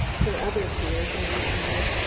her other fears, i replied,